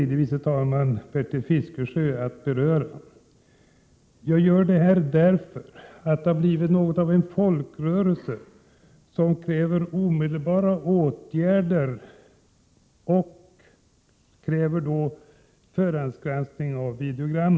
Det har bildats något av en folkrörelse som kräver omedelbara åtgärder i form av förhandsgranskning av videogram.